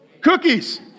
cookies